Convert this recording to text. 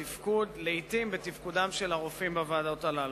בתפקוד, לעתים בתפקודם של הרופאים בוועדות הללו.